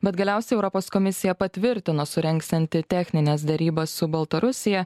bet galiausiai europos komisija patvirtino surengsianti technines derybas su baltarusija